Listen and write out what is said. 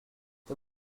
the